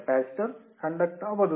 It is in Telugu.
కెపాసిటర్ కండక్ట్ అవదు